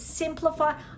simplified